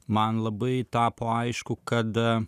man labai tapo aišku kad